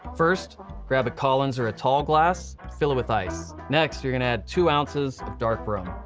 first grab a collins or a tall glass, fill it with ice. next you're gonna add two ounces of dark rum.